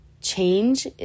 change